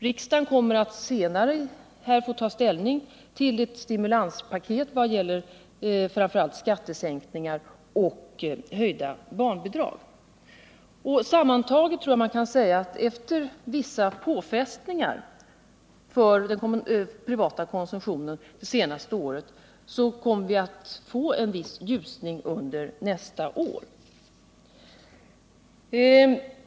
Riksdagen kommer att senare få ta ställning till ett stimulanspaket som gäller framför allt skattesänkningar och höjda barnbidrag. Sammantaget tror jag man kan säga att vi efter vissa påfrestningar för den privata konsumtionen under det senaste året kommer att få se en viss ljusning i situationen under nästa år.